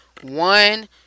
one